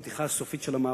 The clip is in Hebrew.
את הפתיחה הסופית של המעברים,